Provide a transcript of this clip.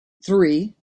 three